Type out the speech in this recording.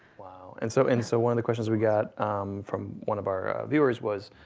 and so and so one of the questions we got from one of our viewers was,